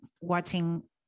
watching